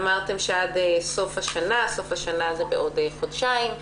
אמרתם שעד סוף השנה וסוף השנה הוא בעוד חודשיים.